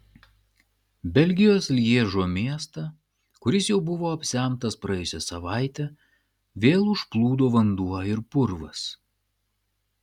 belgijos lježo miestą kuris jau buvo apsemtas praėjusią savaitę vėl užplūdo vanduo ir purvas